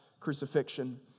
crucifixion